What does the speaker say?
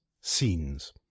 scenes